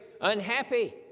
unhappy